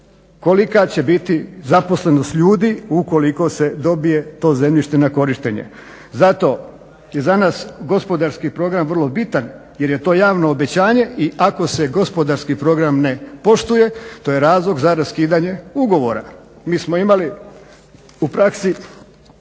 kolika će biti zaposlenost ljudi ukoliko se dobije to zemljište na korištenje. Zato je za nas gospodarski program vrlo bitan jer je to javno obećanje i ako se gospodarski program ne poštuje to je razlog za raskidanje ugovora. Mi smo imali u praksi